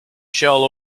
shell